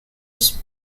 its